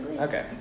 Okay